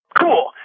Cool